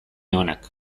onak